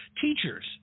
Teachers